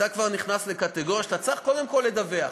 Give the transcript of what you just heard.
אתה נכנס לקטגוריה שאתה צריך קודם כול לדווח,